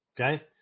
okay